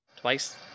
twice